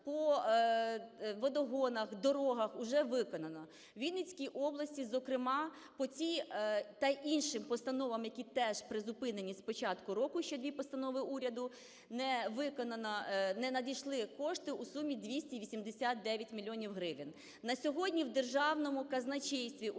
Вінницькій області, зокрема, по цій та іншим постановам, які теж призупинені з початку року, ще дві постанови уряду не виконано, не надійшли кошти у сумі 289 мільйонів гривень. На сьогодні в державному казначействі уже